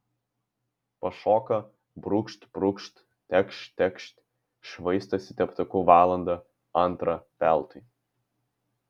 pašoka brūkšt brūkšt tekšt tekšt švaistosi teptuku valandą antrą veltui